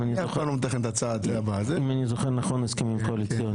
אם אני זוכר נכון את ההסכמים הקואליציוניים.